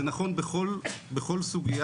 זה נכון בכל סוגיה.